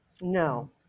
No